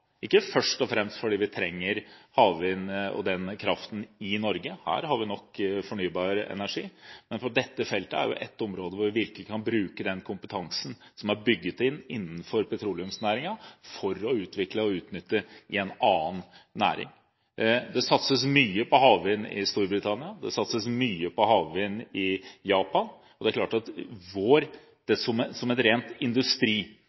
ikke først og fremst fordi vi trenger havvindkraften i Norge – her har vi nok fornybar energi – men fordi dette er et område hvor vi virkelig kan bruke den kompetansen som er bygget innenfor petroleumsnæringen, til å utvikle og utnytte den i en annen næring. Det satses mye på havvind i Storbritannia, og det satses mye på havvind i Japan. Det er klart at det